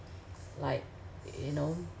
like you know